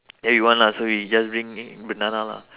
ya you want lah so we just bring banana lah